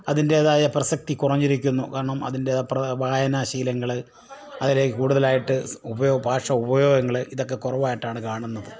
അതിൻ്റേതായ പ്രസസ്തി കുറഞ്ഞിരിക്കുന്നു കാരണം അതിൻ്റെ വായന ശീലങ്ങൾ അതിൽ കൂടുതലായിട്ട് ഭാഷ ഉപയോഗങ്ങൾ ഇതൊക്കെ കുറവായിട്ടാണ് കാണുന്നത്